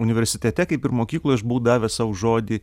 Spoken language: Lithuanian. universitete kaip ir mokykloj aš buvau davęs sau žodį